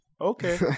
Okay